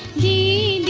the